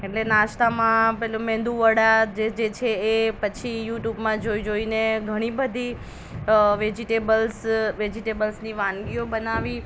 એટલે નાસ્તામાં પેલું મેંદુવડા જે જે છે એ પછી યુટ્યુબમાં જોઈ જોઈને ઘણી બધી વેજીટેબલ્સ વેજીટેબલ્સની વાનગીઓ બનાવી